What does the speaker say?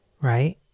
right